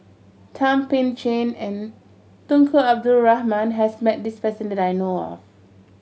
Thum Ping Tjin and Tunku Abdul Rahman has met this person that I know of